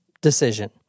decision